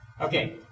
Okay